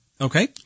okay